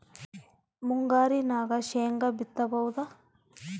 ಮುಂಗಾರಿನಾಗ ಶೇಂಗಾ ಬಿತ್ತಬಹುದಾ?